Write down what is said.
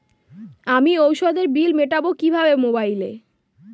আমি ওষুধের বিল মেটাব কিভাবে মোবাইলে?